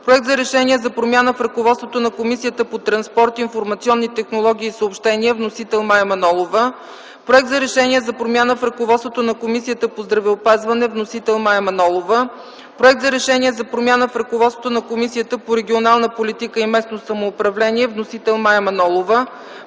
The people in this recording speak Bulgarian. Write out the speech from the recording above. Проект за решение за промяна в ръководството на Комисията по транспорт, информационни технологии и съобщения. Вносител – Мая Манолова. Проект за решение за промяна в ръководството на Комисията по здравеопазването. Вносител – Мая Манолова. Проект за решение за промяна в ръководството на Комисията по регионална политика и местно самоуправление. Вносител - Мая Манолова.